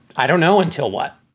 i don't know until what